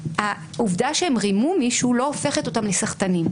העובדה שהם רימו מישהו לא הופכת אותם לסחטנים.